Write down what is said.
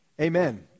Amen